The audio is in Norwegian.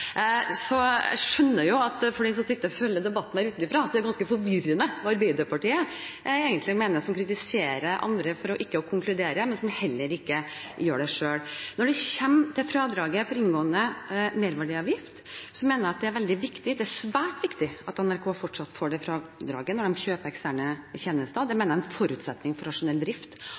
Jeg skjønner at for dem som sitter og følger debatten utenfra, er det ganske forvirrende hva Arbeiderpartiet egentlig mener, som kritiserer andre for ikke å konkludere, men som heller ikke gjør det selv. Når det kommer til fradraget for inngående merverdiavgift, mener jeg at det er veldig viktig – det er svært viktig – at NRK fortsatt får det fradraget når de kjøper eksterne tjenester. Det mener jeg er en forutsetning for rasjonell drift